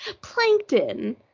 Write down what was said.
plankton